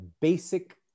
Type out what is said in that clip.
basic